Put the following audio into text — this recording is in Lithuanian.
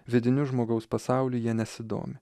vidiniu žmogaus pasauliu jie nesidomi